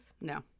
No